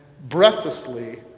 breathlessly